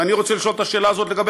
ואני רוצה לשאול את השאלה הזאת לגבי